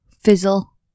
fizzle